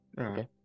Okay